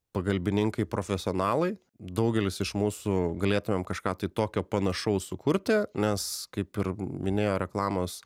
pagalbininkai profesionalai daugelis iš mūsų galėtumėm kažką tai tokio panašaus sukurti nes kaip ir minėjo reklamos